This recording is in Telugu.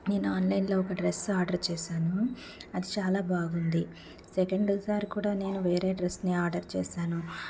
నేను నేను ఆన్లైన్లో ఒక డ్రెస్ ఆర్డర్ చేశాను అది చాలా బాగుంది సెకండు సారీ కూడా నేను వేరే డ్రెస్ని ఆర్డర్ చేశాను